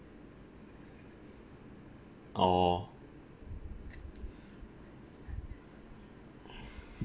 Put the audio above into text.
orh